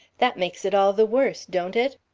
that makes it all the worse, don't it?